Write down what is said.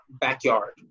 backyard